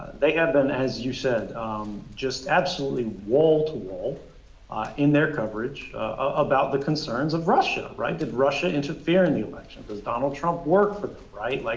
they had been, as you said just absolutely wall to wall in their coverage about the concerns of russia, right, did russia interfere in the election? does donald trump work for them? right? like,